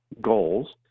goals